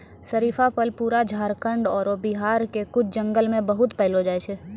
शरीफा फल पूरा झारखंड आरो बिहार के कुछ जंगल मॅ बहुत पैलो जाय छै